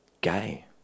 gay